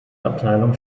abteilung